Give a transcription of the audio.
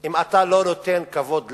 אם אתה לא נותן כבוד לאנשים.